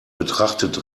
betrachtet